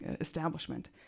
establishment